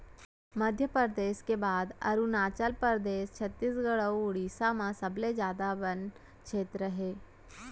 मध्यपरेदस के बाद अरूनाचल परदेस, छत्तीसगढ़ अउ उड़ीसा म सबले जादा बन छेत्र हे